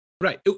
Right